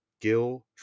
Gil